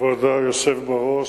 כבוד היושב בראש,